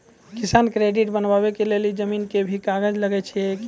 किसान credit card बनबा के लेल जमीन के भी कागज लागै छै कि?